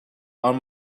are